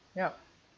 yup